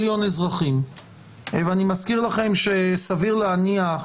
ואני מזכיר לכם שסביר להניח